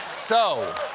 so